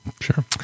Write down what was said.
Sure